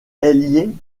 liée